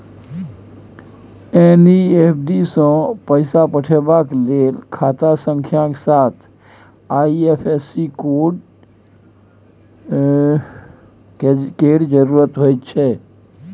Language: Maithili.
एन.ई.एफ.टी सँ पैसा पठेबाक लेल खाता संख्याक साथ आई.एफ.एस.सी कोड केर जरुरत होइत छै